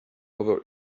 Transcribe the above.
over